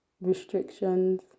restrictions